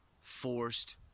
forced